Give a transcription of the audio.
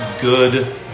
good